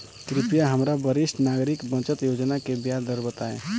कृपया हमरा वरिष्ठ नागरिक बचत योजना के ब्याज दर बताइं